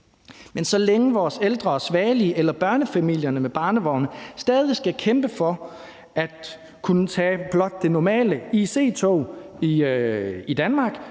Men så længe vores ældre og svagelige eller børnefamilierne med barnevogne stadig skal kæmpe for at kunne tage blot det normale IC-tog i Danmark,